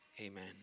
amen